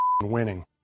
winning